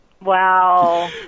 Wow